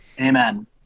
Amen